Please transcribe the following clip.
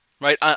right